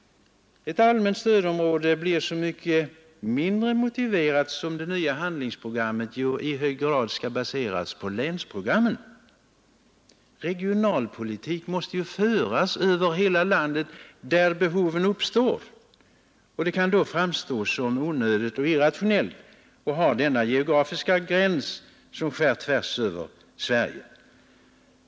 Ett allmänt stödområde blir så mycket mindre motiverat som det nya handlingsprogrammet i så hög grad skall baseras på länsprogrammen. Regionalpolitik måste ju föras över hela landet där behov uppstår. Det kan då framstå som onödigt och irrationellt att ha denna geografiska gräns som skär tvärs över Sverige.